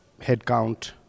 headcount